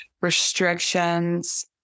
restrictions